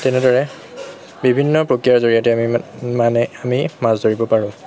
তেনেদৰে বিভিন্ন প্ৰক্ৰিয়াৰ জৰিয়তে আমি মানে আমি মাছ ধৰিব পাৰোঁ